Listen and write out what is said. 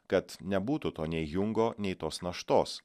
kad nebūtų to nei jungo nei tos naštos